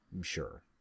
Sure